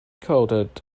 coated